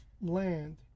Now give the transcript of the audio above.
land